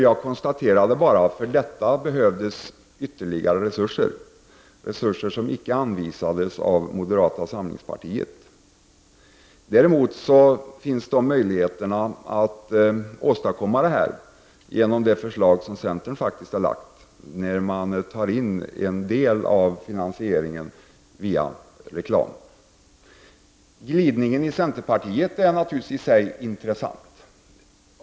Jag konstaterade då att för detta krävs ytterligare resurser, resurser som inte har anvisats av moderata samlingspartiet. Däremot finns det möjlighet att åstadkomma detta genom det förslag som centern har lagt fram och som innebär att man tar in en del av finansieringen via reklam. Glidningen inom centerpartiet är naturligtvis i sig intressant.